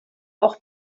auch